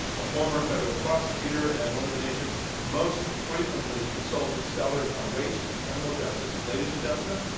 a former federal prosecutor, and one of the nation's most frequently consulted scholars on race and criminal justice. ladies and gentlemen,